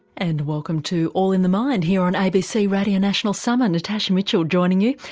and welcome to all in the mind here on abc radio national summer. natasha mitchell joining you.